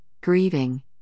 grieving